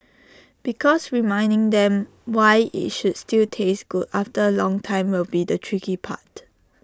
because reminding them why IT should still taste good after A long time will be the tricky part